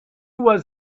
was